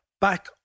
back